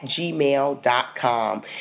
gmail.com